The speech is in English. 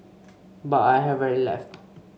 but I have rarely left